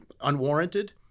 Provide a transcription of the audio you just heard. unwarranted